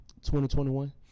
2021